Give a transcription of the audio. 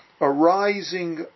arising